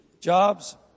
jobs